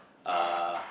uh